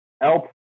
help